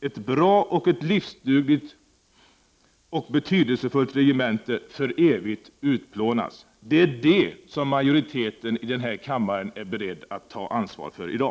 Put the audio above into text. Ett bra och livsdugligt och betydelsefullt regemente för evigt utplånas.” Det är detta som majoriteten i denna kammare är beredd att ta ansvaret för i dag!